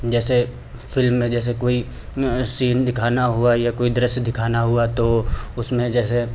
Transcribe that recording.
जैसे फिल्म में जैसे कोई सीन दिखाना हुआ या कोई दृश्य दिखाना हुआ तो उसमें जैसे